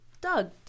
Doug